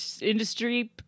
industry